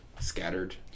scattered